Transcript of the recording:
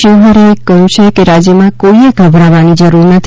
શિવહરેએ કહ્યું છે કે રાજ્યમાં કોઈએ ગભરાવાની જરૂર નથી